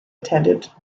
attended